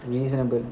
reasonable